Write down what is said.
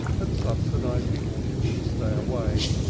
had subsidized the audience to stay away,